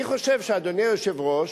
אני חושב שאדוני היושב-ראש,